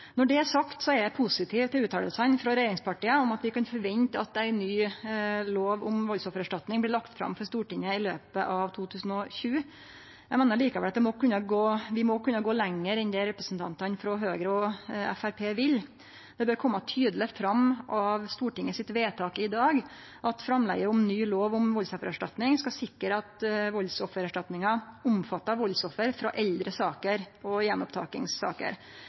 Når det er sagt, er eg positiv til utsegnene frå regjeringspartia om at vi kan forvente at ei ny lov om valdsoffererstatning blir lagt fram for Stortinget i løpet av 2020. Eg meiner likevel at vi må kunne gå lenger enn det representantane frå Høgre og Framstegspartiet vil. Det bør kome tydeleg fram av Stortingets vedtak i dag at framlegget om ny lov om valdsoffererstatning skal sikre at valdsoffererstatninga omfattar valdsoffer frå eldre saker og gjenopptakingssaker.